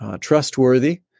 Trustworthy